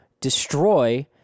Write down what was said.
destroy